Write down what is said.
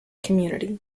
community